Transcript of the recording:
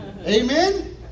Amen